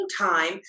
time